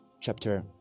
chapter